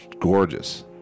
gorgeous